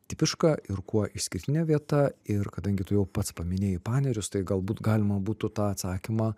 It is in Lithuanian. tipiška ir kuo išskirtinė vieta ir kadangi tu jau pats paminėjai panerius tai galbūt galima būtų tą atsakymą